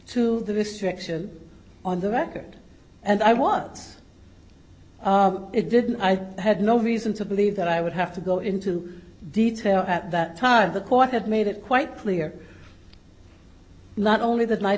to the restriction on the record and i was it didn't i had no reason to believe that i would have to go into detail at that time the court had made it quite clear not only the night